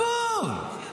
הכול.